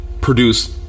produce